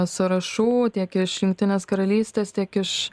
sąrašų tiek iš jungtinės karalystės tiek iš